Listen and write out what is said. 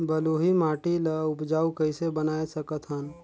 बलुही माटी ल उपजाऊ कइसे बनाय सकत हन?